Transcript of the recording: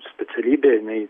specialybė jinai